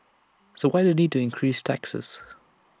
so why the need to increase taxes